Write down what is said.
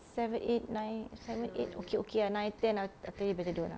seven eight nine seven eight okay okay ah nine ten ah I tell you better don't ah